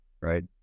right